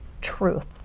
truth